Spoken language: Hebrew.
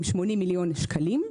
עם 80 מיליון שקלים.